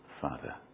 Father